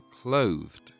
clothed